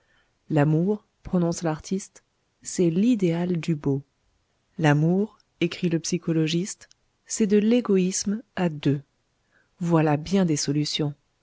l'amour prononce l'artiste c'est l'idéal du beau l'amour écrit le psychologiste c'est de l'égoïsme à deux voilà bien des solutions